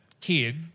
kid